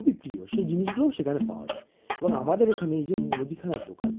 খুবই প্রিয় সেই জিনিসগুলোও সেখানে পাওয়া যায় এবং আমাদের এখানে এই যে মুদিখানা দোকান